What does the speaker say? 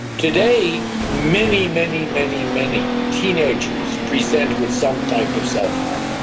today many, many, many many teenagers present with some type of self-harm,